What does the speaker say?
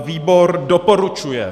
Výbor doporučuje.